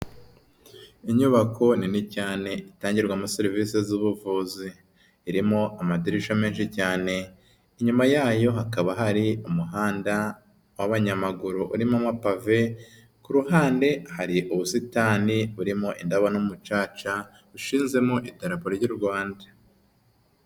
Inyubako nini cyane itangirwamo serivise z'ubuvuzi, irimo amadirisha menshi cyane, inyuma yayo hakaba hari umuhanda w'abanyamaguru urimo amapave, ku ruhande hari ubusitani burimo indabo n'umucaca ushinzemo Idarapo ry'u Rwanda.